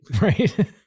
Right